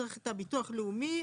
צריך את הביטוח הלאומי,